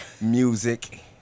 music